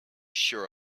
sure